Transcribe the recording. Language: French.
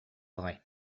vrai